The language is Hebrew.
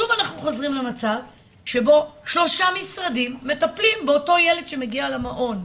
שוב אנחנו חוזרים למצב שבו שלושה משרדים מטפלים באותו ילד שמגיע למעון,